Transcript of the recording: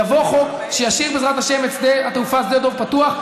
יבוא חוק שישאיר בעזרת השם את שדה התעופה שדה דב פתוח,